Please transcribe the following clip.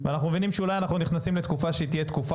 ואנחנו מבינים שאולי אנחנו נכנסים לתקופה שהיא תהיה תקופה